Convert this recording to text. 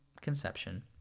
conception